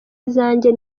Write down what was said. izanjye